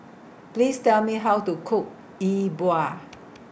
Please Tell Me How to Cook E Bua